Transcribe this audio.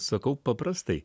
sakau paprastai